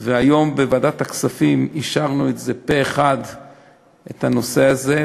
והיום בוועדת הכספים אישרנו פה-אחד את הנושא הזה,